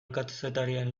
kazetarien